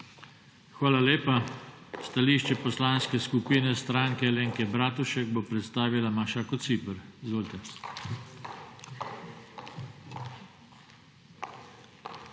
Hvala lepa. Stališče Poslanske skupine Stranke Alenke Bratušek bo predstavila Maša Kociper. Izvolite.